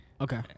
Okay